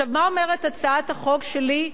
מה אומרת הצעת החוק שלי?